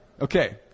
Okay